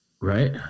Right